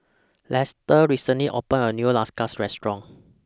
Lester recently opened A New Restaurant